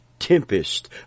Tempest